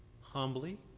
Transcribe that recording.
humbly